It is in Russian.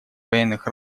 военных